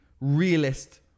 realist